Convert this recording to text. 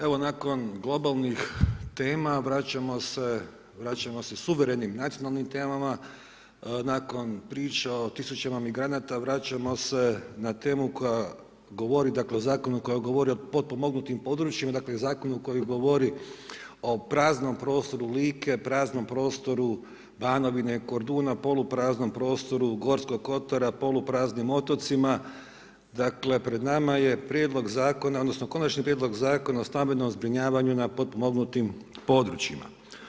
Evo nakon globalnih tema, vraćamo se, vraćamo se suverenim nacionalnim temama, nakon priča o tisućama migranata, vraćamo se na temu koja govori, dakle, o Zakonu koja govori o potpomognutim područjima, dakle, Zakonu koji govori o praznom prostoru Like, praznom prostoru Banovine, Korduna, polupraznom prostoru Gorskog Kotara, polupraznim otocima, dakle, pred nama je Prijedlog Zakona, odnosno Konačni prijedlog Zakona o stambenom zbrinjavanju na potpomognutim područjima.